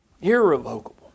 Irrevocable